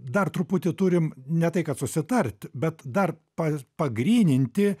dar truputį turim ne tai kad susitart bet dar pa pagryninti